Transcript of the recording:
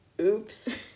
Oops